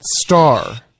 star